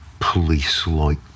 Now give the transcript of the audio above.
police-like